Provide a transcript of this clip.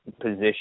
position